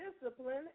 discipline